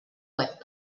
web